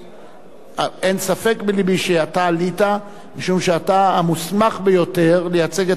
אין ספק בלבי שאתה עלית משום שאתה המוסמך ביותר לייצג את